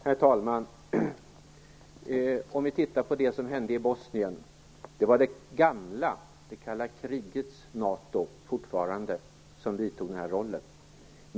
Herr talman! Om vi tittar på det som hände i Bosnien, var det fortfarande det gamla, kalla krigets NATO som åtog sig den rollen.